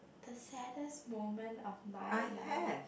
the saddest moment of my life